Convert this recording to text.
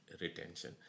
retention